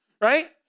Right